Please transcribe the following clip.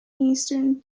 eastern